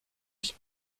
ich